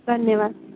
धन्यवाद